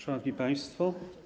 Szanowni Państwo!